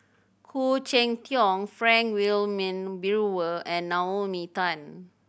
Khoo Cheng Tiong Frank Wilmin Brewer and Naomi Tan